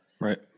Right